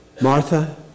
Martha